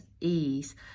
ease